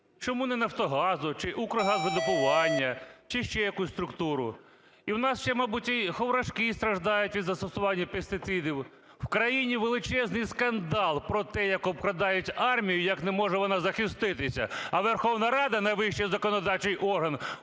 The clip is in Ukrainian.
Чому не "Нафтогазу" чи "Укргазвидобування", чи ще є якусь структуру? І в нас ще мабуть і ховрашки страждають від застосування пестицидів. В країні величезний скандал про те, як обкрадають армію і як не може вона захиститися, а Верховна Рада, найвищий законодавчий орган,